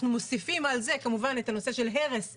אנחנו מוסיפים על זה כמובן את הנושא של הרס אילת.